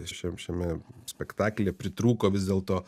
šiam šiame spektaklyje pritrūko vis dėlto